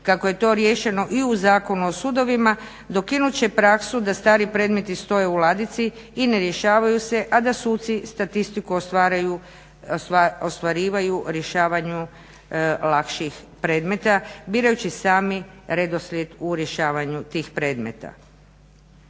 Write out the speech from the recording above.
kako je to riješeno i u Zakonu u sudovima dokinut će praksu da stari predmeti stoje u ladici i ne rješavaju se a da suci statistiku ostvarivanju rješavanju lakših predmeta birajući sami redoslijed u rješavanju tih predmeta.